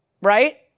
right